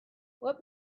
what